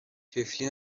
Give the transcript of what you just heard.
طفلی